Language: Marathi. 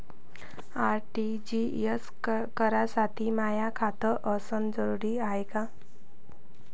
आर.टी.जी.एस करासाठी माय खात असनं जरुरीच हाय का?